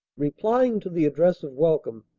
replying to the address of welcome,